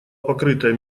покрытая